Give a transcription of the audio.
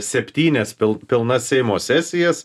septynias pil pilnas seimo sesijas